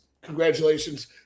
congratulations